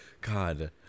god